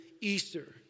Easter